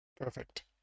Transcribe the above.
perfect